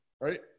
Right